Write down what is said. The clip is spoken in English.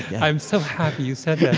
i'm so happy you said yeah